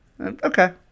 okay